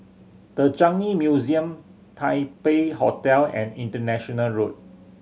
The Changi Museum Taipei Hotel and International Road